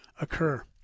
occur